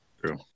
True